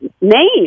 name